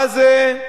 מה זה,